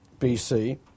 BC